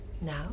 Now